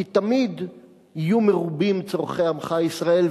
כי תמיד יהיו מרובים צורכי עמך ישראל,